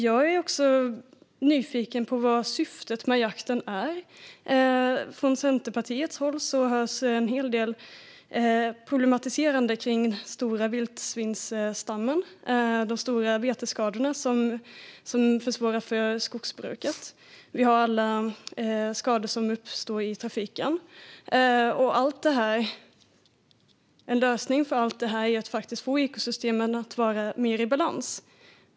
Jag är också nyfiken på vad syftet med jakten är. Från Centerpartiets håll hörs en hel del problematiserande kring den stora vildsvinsstammen och de stora betesskador som försvårar för skogsbruket. Det uppstår också många skador i trafiken. En lösning på allt detta är faktiskt att få ekosystemen att vara mer i balans.